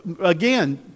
Again